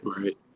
right